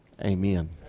Amen